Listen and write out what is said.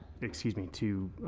excuse me, to